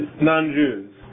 non-Jews